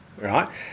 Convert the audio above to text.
right